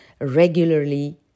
regularly